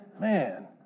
man